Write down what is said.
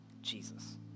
Jesus